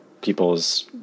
people's